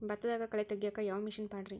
ಭತ್ತದಾಗ ಕಳೆ ತೆಗಿಯಾಕ ಯಾವ ಮಿಷನ್ ಪಾಡ್ರೇ?